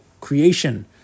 creation